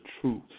truth